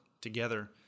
together